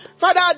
Father